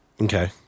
Okay